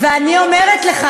ואני אומרת לך,